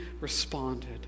responded